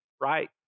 right